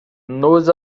nos